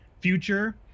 future